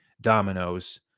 dominoes